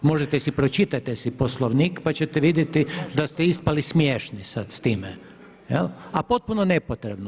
Možete si, pročitajte si Poslovnik pa ćete vidjeti da ste ispali smiješni sad s time, a potpuno nepotrebno.